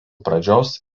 pradžios